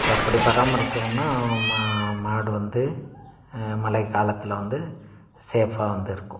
so அப்படி பராமரித்தோன்னா ம மாடு வந்து மழைக் காலத்தில் வந்து சேஃபாக வந்து இருக்கும்